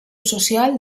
social